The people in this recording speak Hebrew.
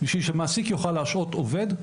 בשביל שמעסיק יוכל להשעות עובד,